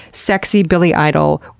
sexy billy idol,